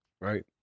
Right